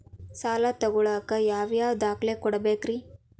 ಸಾಲ ತೊಗೋಳಾಕ್ ಯಾವ ಯಾವ ದಾಖಲೆ ಕೊಡಬೇಕ್ರಿ?